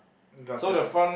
got the